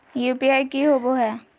UPI की होबो है?